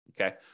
okay